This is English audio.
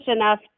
enough